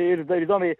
ir dar įdomiai